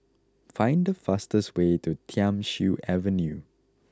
find the fastest way to Thiam Siew Avenue